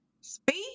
speak